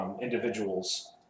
individuals